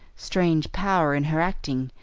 strange power in her acting,